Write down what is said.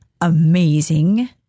amazing